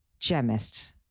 Gemist